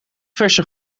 verse